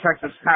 Texas